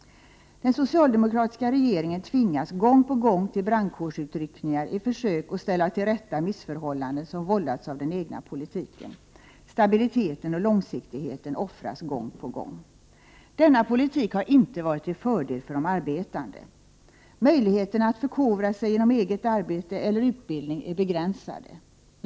Den socialdemokratiska regeringen tvingas gång på gång till brandkårsutryckningar i försök att ställa till rätta missförhållanden som vållats av den egna politiken. Stabiliteten och långsiktigheten offras gång på gång. Denna politik har inte varit till fördel för de arbetande. Möjligheterna att förkovra sig genom eget arbete eller utbildning är begränsade.